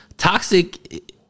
Toxic